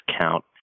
count